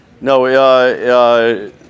No